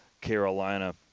Carolina